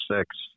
six